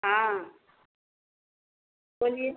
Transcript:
हाँ बोलिए